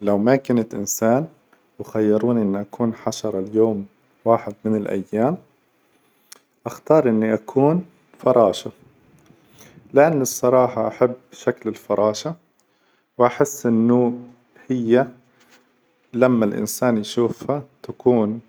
لو ما كنت إنسان وخيروني إني أكون حشرة ليوم واحد من الأيام! اختار إني أكون فراشة، لأن الصراحة أحب شكل الفراشة، وأحس إنه هي لما الإنسان يشوفها تكون